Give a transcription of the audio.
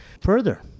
further